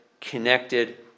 connected